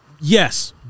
Yes